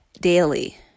daily